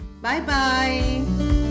Bye-bye